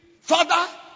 father